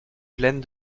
pleine